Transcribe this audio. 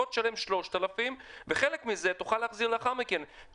בוא תשלם 3,000 שקל וחלק מזה תוכל להחזיר לאחר מכן'.